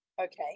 Okay